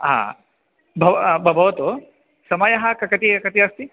आ भव् ब भवतु समयः क कति कति अस्ति